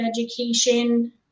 education